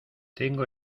tengo